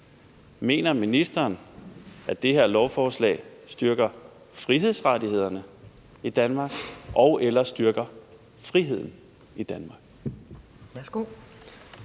Mener ministeren, at det her lovforslag styrker frihedsrettighederne i Danmark og/eller styrker friheden i Danmark?